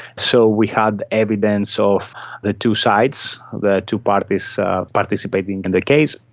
so we had evidence of the two sides, the two parties participating in the case,